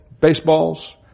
baseballs